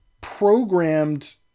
programmed